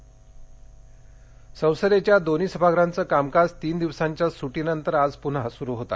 संसद संसदेच्या दोन्ही सभागृहांचं कामकाज तीन दिवसांच्या सुटीनंतर आज पुन्हा सुरु होत आहे